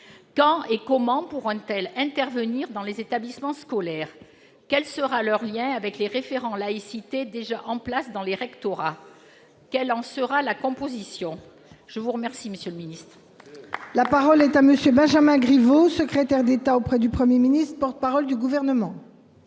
Quand et comment pourront-elles intervenir dans les établissements scolaires ? Quel sera leur lien avec les référents « laïcité » déjà en place dans les rectorats ? Quelle en sera la composition ? La parole est à M. le secrétaire d'État auprès du Premier ministre, porte-parole du Gouvernement.